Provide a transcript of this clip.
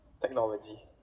Technology